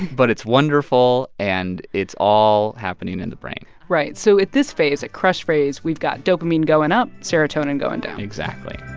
but it's wonderful. and it's all happening in the brain right. so at this phase, at crush phase, we've got dopamine going up, serotonin going down exactly